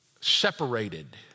separated